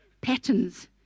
Patterns